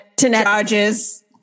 charges